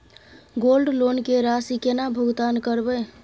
Gold loan के राशि केना भुगतान करबै?